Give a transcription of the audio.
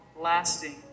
lasting